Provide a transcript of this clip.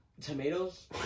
Tomatoes